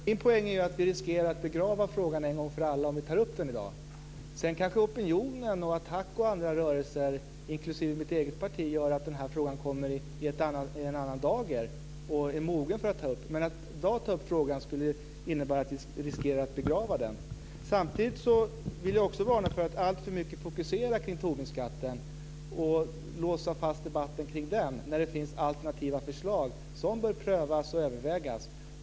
Fru talman! Min poäng är att vi riskerar att begrava frågan en gång för alla om vi tar upp den i dag. Sedan kanske opinionen, ATTAC och andra rörelser, inklusive mitt eget parti, gör att frågan kommer i en annan dager och är mogen att tas upp. Men att i dag ta upp frågan innebär att vi riskerar att begrava den. Samtidigt vill jag varna för att alltför mycket fokusera på Tobinskatten och låsa fast debatten kring den. Det finns ju alternativa förslag som bör prövas och övervägas.